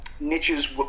niches